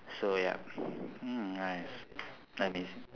so yup mm nice amazing